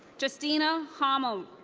justina hommel.